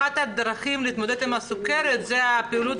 אחת הדרכים להתמודד עם הסכרת זה פעילות